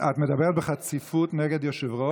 את מדברת בחציפות נגד יושב-ראש?